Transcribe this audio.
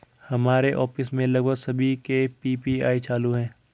हमारे ऑफिस में लगभग सभी के पी.पी.आई चालू है